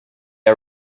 are